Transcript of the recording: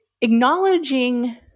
acknowledging